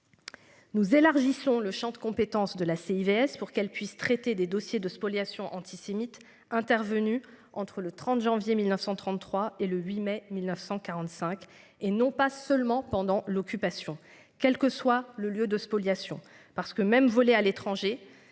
Nous élargissons le Champ de compétence de la CIV S pour qu'elle puisse traiter des dossiers de spoliations antisémites intervenu entre le 30 janvier 1933 et le 8 mai 1945 et non pas seulement pendant l'occupation. Quel que soit le lieu de spoliation parce que même volé à l'étranger